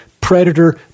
predator